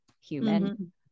human